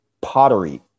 pottery